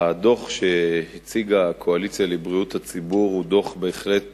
הדוח שהציגה "הקואליציה לבריאות הציבור" הוא דוח בהחלט